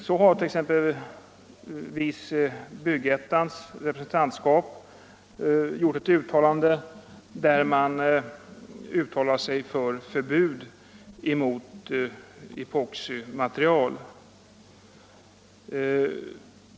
Så har exempelvis Byggettans representantskap uttalat sig för förbud mot epoximaterial.